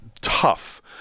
tough